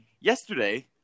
Yesterday